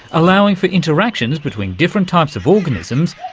allowing for interactions between different types of organisms,